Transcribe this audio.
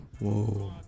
Whoa